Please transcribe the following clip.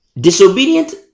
Disobedient